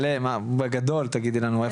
בגדול תגידי לנו.